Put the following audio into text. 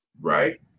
Right